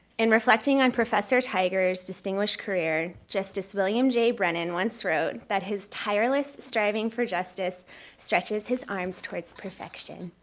in reflecting on professor tigar's distinguished career justice william j. brennan once wrote that his tireless striving for justice stretches his arms towards perfection.